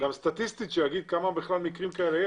סטטיסטית שיגיד כמה מקרים כאלה.